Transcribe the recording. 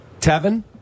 Tevin